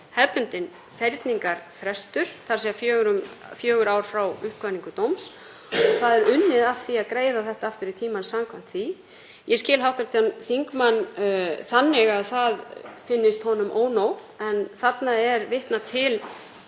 hefðbundinn fyrningarfrestur, þ.e. fjögur ár frá uppkvaðningu dóms og það er unnið að því að greiða þetta aftur í tímann samkvæmt því. Ég skil hv. þingmann þannig að það finnist honum ónóg. En þarna er vitnað til